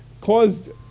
caused